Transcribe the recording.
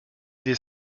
des